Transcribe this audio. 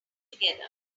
together